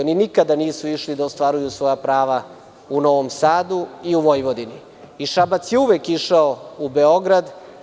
Oni nikada nisu išli da ostvaruju svoja prava u Novom Sadu i u Vojvodini i Šabac je uvek išao u Beograd.